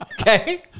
Okay